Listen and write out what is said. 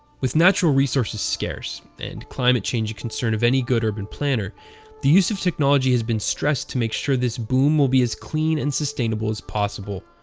with natural resources scarce and climate change a concern of any good urban planner the use of technology has been stressed to make sure this boom will be as clean and sustainable as possible.